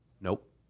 Nope